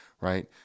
right